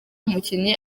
umukinnyi